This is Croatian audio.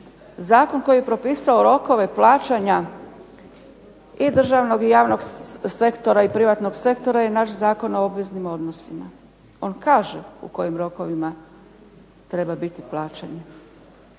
Zakon koji je propisao rokove plaćanje i državnog i javnog i privatnog sektora je naš Zakon o obveznim odnosima. On kaže u kojim rokovima treba biti plaćanje.